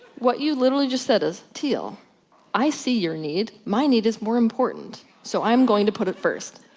what you literally just said is teal i see your need, my need is more important so i'm going to put it first.